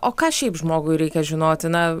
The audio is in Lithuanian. o ką šiaip žmogui reikia žinoti na